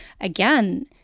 again